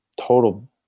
total